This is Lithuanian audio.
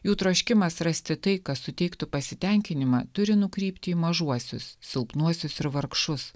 jų troškimas rasti tai kas suteiktų pasitenkinimą turi nukrypti į mažuosius silpnuosius ir vargšus